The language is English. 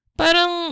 parang